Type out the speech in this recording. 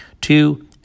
Two